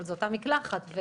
אבל אותה מקלחת.